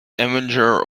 avenger